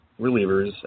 relievers